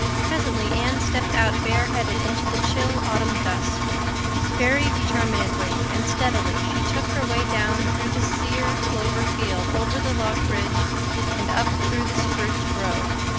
presently anne stepped out bareheaded into the chill autumn dusk very determinedly and steadily she took her way down through the sere clover field over the log bridge and up through the spruce grove,